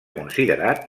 considerat